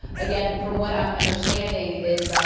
again from what i'm understanding is,